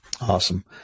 awesome